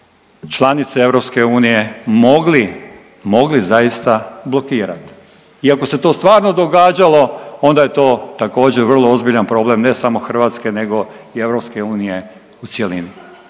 članice EU mogli, mogli zaista blokirati. I ako se to stvarno događalo onda je to također vrlo ozbiljan problem ne samo Hrvatske nego i EU u cjelini.